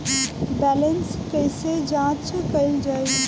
Balance कइसे जांच कइल जाइ?